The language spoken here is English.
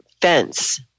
fence